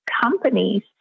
companies